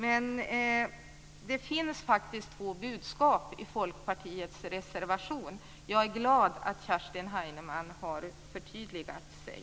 Men det finns faktiskt två budskap i Folkpartiets reservation. Jag är glad över att Kerstin Heinemann har förtydligat sig.